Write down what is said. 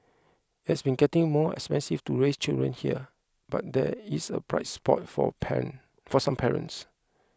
it has been getting more expensive to raise children here but there is a bright spot for parent for some parents